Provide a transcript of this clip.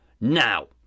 Now